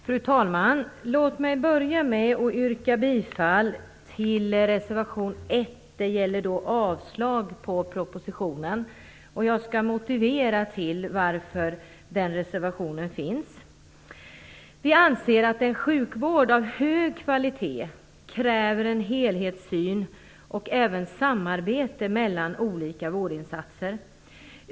Fru talman! Låt mig börja med att yrka bifall till reservation 1 om avslag på propositionen. Jag vill motivera varför den reservationen avgivits. Vi anser att en sjukvård av hög kvalitet kräver en helhetssyn och även samarbete mellan olika vårdinsatser.